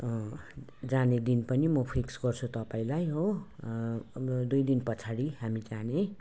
जाने दिन पनि म फिक्स गर्छु तपाईँलाई हो अब दुई दिन पछाडि हामी जाने